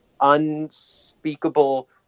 unspeakable